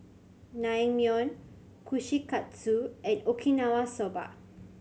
Naengmyeon Kushikatsu and Okinawa Soba